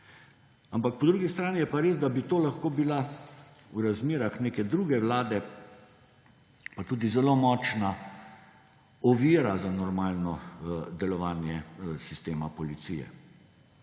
Ampak po drugi strani je pa res, da bi to lahko bila v razmerah neke druge vlade pa tudi zelo močna ovira za normalno delovanje sistema policije.